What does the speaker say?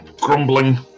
grumbling